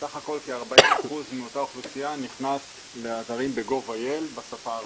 סך הכול כ-40% מאותה אוכלוסייה נכנס לאתרים ב- gov.ilבשפה הערבית.